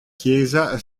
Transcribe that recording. chiesa